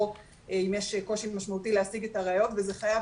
או אם יש קושי משמעותי להשיג את הראיות וזה חייב